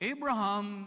Abraham